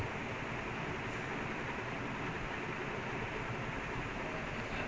he got the ebra eagle nah raising